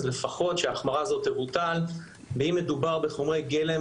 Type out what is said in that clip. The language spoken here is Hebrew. אז לפחות שההחמרה הזאת תבוטל באם מדובר בחומרי גלם